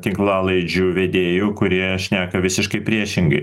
tinklalaidžių vedėjų kurie šneka visiškai priešingai